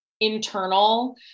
internal